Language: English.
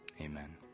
Amen